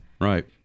Right